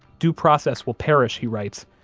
due process will perish, he writes,